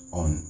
on